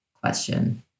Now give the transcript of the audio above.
question